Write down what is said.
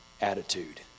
attitude